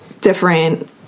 different